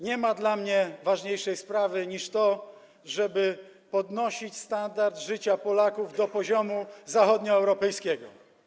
Nie ma dla mnie ważniejszej sprawy niż to, żeby podnosić standard życia Polaków do poziomu zachodnioeuropejskiego.